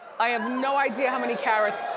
i have no idea how many carats.